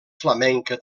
flamenca